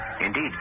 Indeed